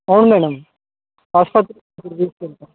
అవును madam hospital తీసుకువెళ్తాం